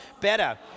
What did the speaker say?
better